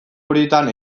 horietan